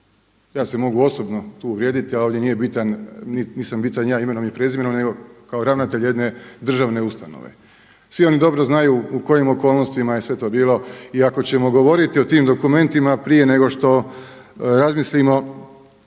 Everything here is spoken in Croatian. ja se mogu osobno tu uvrijediti, ali nisam bitan ja imenom i prezimenom, nego kao ravnatelj jedne državne ustanove. Svi oni dobro znaju u kojim okolnostima je sve to bilo. I ako ćemo govoriti o tim dokumentima prije nego što razmislimo